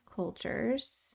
cultures